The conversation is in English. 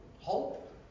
hope